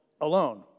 Alone